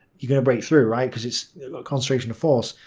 you're going to break through, right, because it's a concentration of force.